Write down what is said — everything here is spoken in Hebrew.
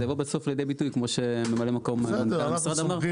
זה יבוא בסוף לידי ביטוי כמו שממלא מקום המשרד אמר,